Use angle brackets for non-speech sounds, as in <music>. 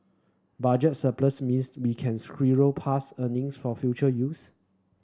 budget surplus means <unintelligible> we can squirrel past earnings for future use